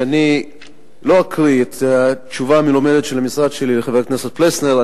שאני לא אקריא את התשובה המלומדת של המשרד שלי לחבר הכנסת פלסנר.